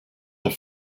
have